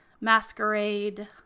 masquerade